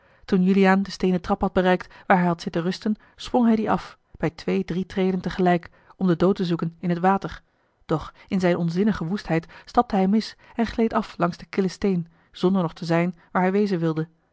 toen juliaan den steenen trap had bereikt waar hij had zitten rusten sprong hij dien af bij twee drie treden tegelijk om den dood te zoeken in het water doch in zijne onzinnige woestheid stapte hij mis en gleed af langs den killen steen zonder nog te zijn waar hij wezen wilde